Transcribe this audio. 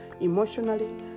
emotionally